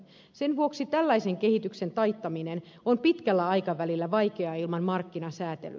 sen vuoksi tällaisen kehityksen taittaminen on pitkällä aikavälillä vaikeaa ilman markkinasäätelyä